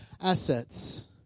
assets